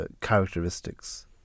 characteristics